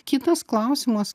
kitas klausimas